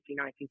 19